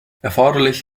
erforderlich